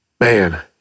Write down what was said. Man